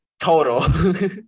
Total